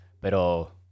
Pero